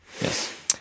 Yes